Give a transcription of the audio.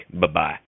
Bye-bye